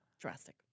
drastic